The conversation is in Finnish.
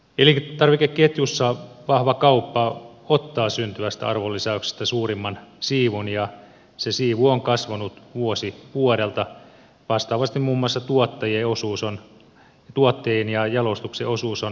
elintarvikeketjussa vahva kauppa ottaa syntyvästä arvonlisäyksestä suurimman siivun ja se siivu on kasvanut vuosi vuodelta vastaavasti muun muassa tuotteen ja jalostuksen osuus on laskenut